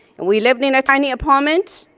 and we lived in a tiny apartment.